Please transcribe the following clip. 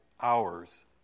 hours